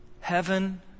heaven